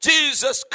Jesus